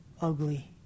ugly